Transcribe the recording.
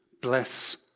bless